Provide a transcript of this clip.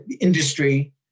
industry